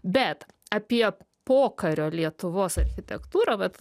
bet apie pokario lietuvos architektūrą bet